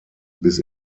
bis